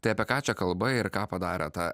tai apie ką čia kalba ir ką padarė ta